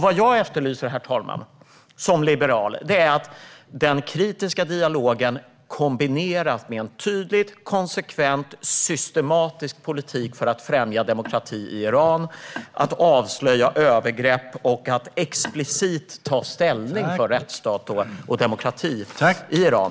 Vad jag som liberal efterlyser, herr talman, är att den kritiska dialogen kombineras med en tydligt konsekvent och systematisk politik för att främja demokrati i Iran, avslöja övergrepp och explicit ta ställning för rättsstat och demokrati i Iran.